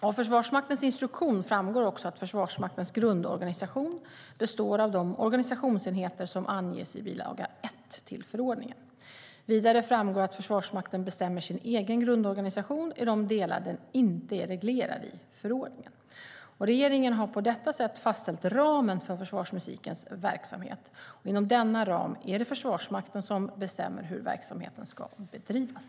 Av Försvarsmaktens instruktion framgår också att Försvarsmaktens grundorganisation består av de organisationsenheter som anges i bil. 1 till förordningen. Vidare framgår att Försvarsmakten bestämmer sin egen grundorganisation i de delar den inte är reglerad i förordningen. Regeringen har på detta sätt fastställt ramen för försvarsmusikens verksamhet. Inom denna ram är det Försvarsmakten som bestämmer hur verksamheten ska bedrivas.